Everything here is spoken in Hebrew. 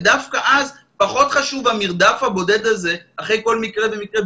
ודווקא אז פחות חשוב המרדף הבודד הזה אחר כל מקרה ומקרה,